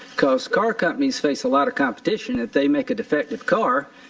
car so car companies face a lot of competition. if they make a defective car,